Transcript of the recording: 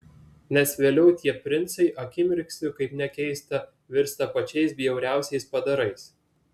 nes vėliau tie princai akimirksniu kaip nekeista virsta pačiais bjauriausiais padarais